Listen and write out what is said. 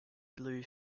blue